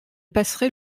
passerai